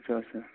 اَچھا اَچھا